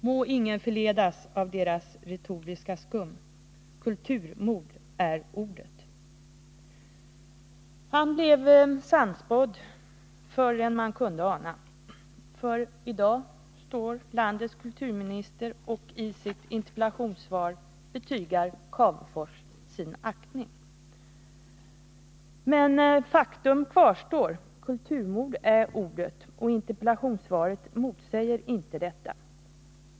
Må ingen förledas av deras retoriska skum. Kulturmord är ordet.” Han blev sannspådd förr än man kunde ana — i dag betygar landets kulturminister i sitt interpellationssvar Cavefors sin aktning. Men faktum kvarstår: kulturmord är ordet, och interpellationssvaret motsäger inte detta.